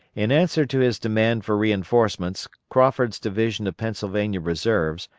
in answer to his demand for reinforcements, crawford's division of pennsylvania reserves,